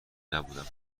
نبودم